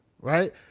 right